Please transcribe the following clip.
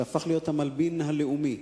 שהפך להיות "המלבין הלאומי"